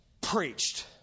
preached